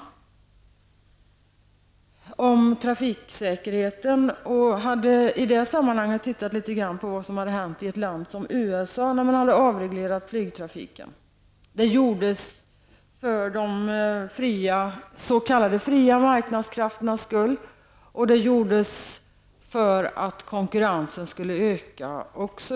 Motionen handlar om trafiksäkerheten. Jag tittade i det sammanhanget litet grand på vad som hade hänt i USA efter avregleringen av flygtrafiken, något som man gjorde för de s.k. fria marknadskrafternas skull och för att möjliggöra en ökad konkurrens